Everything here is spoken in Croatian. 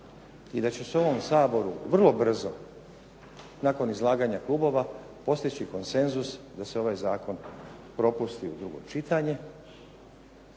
i da će se u ovom Saboru vrlo brzo nakon izlaganja klubova postići konsenzus da se ovaj zakon propusti u drugo čitanje